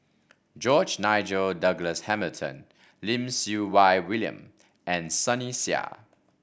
George Nigel Douglas Hamilton Lim Siew Wai William and Sunny Sia